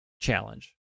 challenge